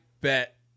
bet